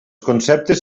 conceptes